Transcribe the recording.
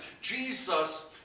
Jesus